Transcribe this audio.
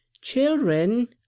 Children